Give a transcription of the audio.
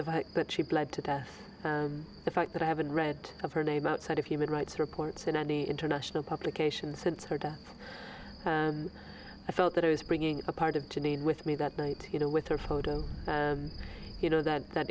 the fact that she bled to death the fact that i haven't read of her name outside of human rights reports in any international publication since her death i felt that i was bringing a part of janine with me that night you know with her photo you know that that